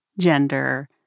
gender